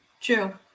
True